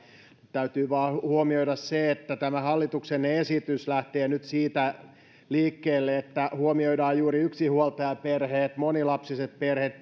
täytyy vain huomioida se että tämä hallituksen esitys lähtee nyt siitä liikkeelle että huomioidaan juuri yksinhuoltajaperheet monilapsiset perheet